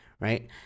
Right